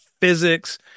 physics